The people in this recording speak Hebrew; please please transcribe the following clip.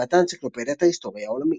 באתר אנציקלופדיית ההיסטוריה העולמית